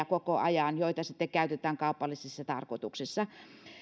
koko ajan monenlaisia profiileja joita sitten käytetään kaupallisissa tarkoituksissa